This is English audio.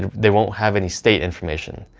they won't have any state information.